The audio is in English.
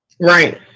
Right